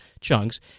chunks